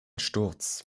sturz